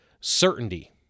certainty